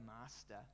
master